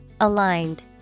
Aligned